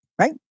Right